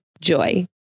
Joy